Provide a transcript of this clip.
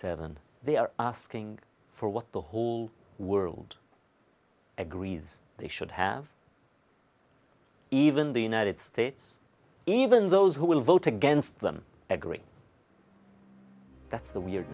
seven they are asking for what the whole world agrees they should have even the united states even those who will vote against them agree that's the weird